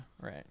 right